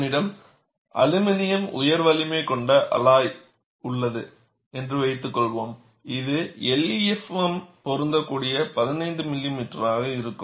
என்னிடம் அலுமினிய உயர் வலிமை கொண்ட alloy aluminium high strength alloy உள்ளது என்று வைத்துக்கொள்வோம் இது LEFM பொருந்தக்கூடிய 15 மில்லிமீட்டராக இருக்கும்